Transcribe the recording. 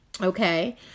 Okay